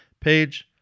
page